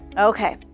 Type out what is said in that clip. okay,